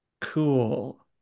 cool